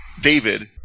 David